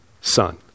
Son